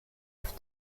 auf